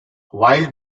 wild